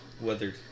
Weathered